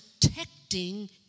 protecting